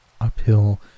uphill